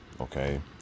Okay